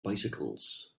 bicycles